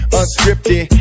unscripted